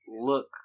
look